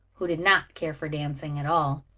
who did not care for dancing at all.